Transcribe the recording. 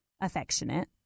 affectionate